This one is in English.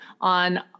On